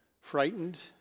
frightened